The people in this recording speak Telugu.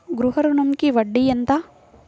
గృహ ఋణంకి వడ్డీ ఎంత?